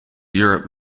europe